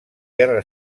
guerra